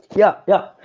yeah, yeah.